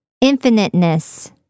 infiniteness